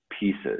pieces